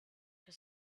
for